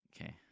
Okay